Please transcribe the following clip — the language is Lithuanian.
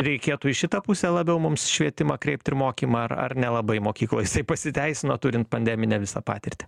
reikėtų į šitą pusę labiau mums švietimą kreipt ir mokymą ar ar nelabai mokykloj jisai pasiteisino turint pandeminę visą patirtį